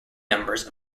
numbers